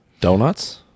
Donuts